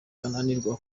ananirwa